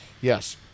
Yes